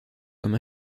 comme